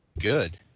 good